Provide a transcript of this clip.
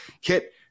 Kit